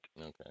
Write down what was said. Okay